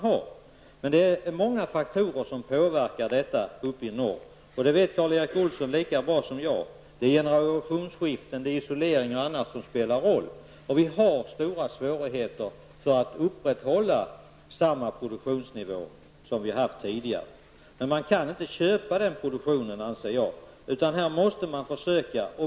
Det är emellertid många faktorer som påverkar detta uppe i norr, och det vet Karl Erik Olsson lika väl som jag. Det gäller generationsskiften, isolering och annat. Det är stora svårigheter att upprätthålla samma produktionsnivå som har funnits tidigare. Jag anser dock att man inte kan köpa den produktionen, utan här måste man försöka.